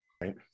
right